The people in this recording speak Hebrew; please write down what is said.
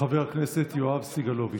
חבר הכנסת יואב סגלוביץ'.